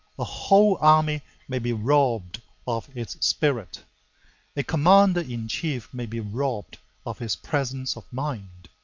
a whole army may be robbed of its spirit a commander-in-chief may be robbed of his presence of mind.